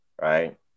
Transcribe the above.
Right